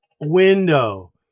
window